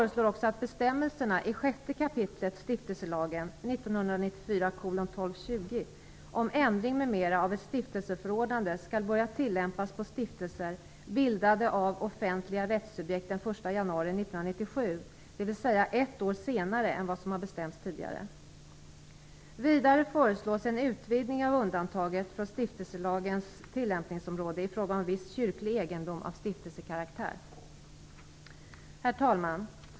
1997, dvs. ett år senare än vad som har bestämts tidigare. Vidare föreslås en utvidgning av undantaget från stiftelselagens tillämpningsområde i fråga om viss kyrklig egendom av stiftelsekaraktär. Herr talman!